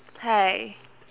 hi